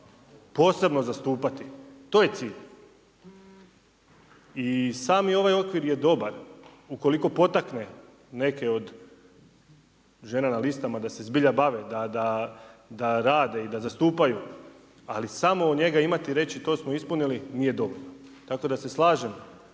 posebno zastupati, to je cilj. I sami ovaj okvir je doba ukoliko potakne neke žena na listama da se zbilja bave, da rade i da zastupaju. Ali sao njega imati i reći, to smo ispunili, nije dovoljno. Tako da se slažem